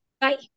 Bye